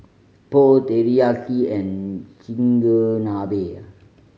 Pho Teriyaki and Chigenabe